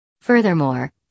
Furthermore